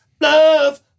love